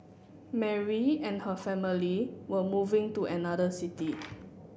Mary and her family were moving to another city